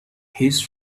his